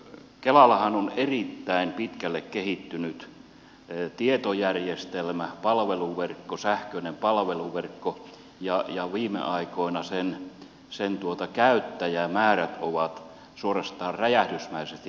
kelallahan on erittäin pitkälle kehittynyt tietojärjestelmä sähköinen palveluverkko ja viime aikoina sen käyttäjämäärät ovat suorastaan räjähdysmäisesti lisääntyneet